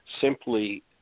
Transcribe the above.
simply